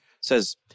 says